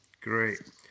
Great